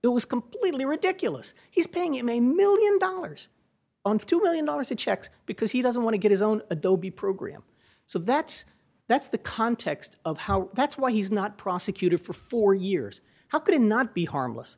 it was completely ridiculous he's paying him a one million dollars on two million dollars in checks because he doesn't want to get his own adobe program so that's that's the context of how that's why he's not prosecuted for four years how could it not be harmless